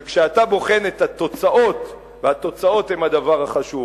וכשאתה בוחן את התוצאות, והתוצאות הן הדבר החשוב,